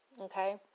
okay